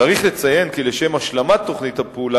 צריך לציין כי לשם השלמת תוכנית הפעולה